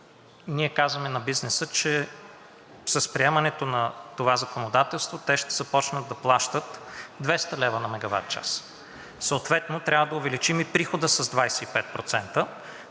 Ние казваме на бизнеса, че с приемането на това законодателство те ще започнат да плащат 200 лв. на мегаватчаса. Съответно трябва да увеличим и прихода с 25%.